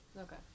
Okay